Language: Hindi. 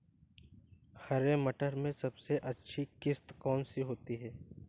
हरे मटर में सबसे अच्छी किश्त कौन सी होती है?